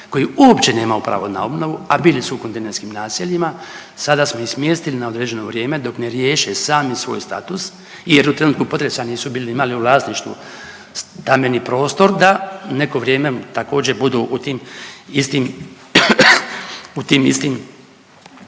koji uopće nemaju pravo na obnovu, a bili su u kontejnerskim naseljima sada smo ih smjestili na određeno vrijeme dok ne riješe sami svoj status, jer u trenutku potresa nisu bili, imali u vlasništvu stambeni prostor da u neko vrijeme također budu u tim istim